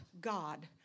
God